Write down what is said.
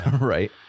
Right